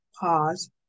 pause